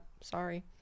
sorry